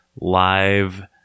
live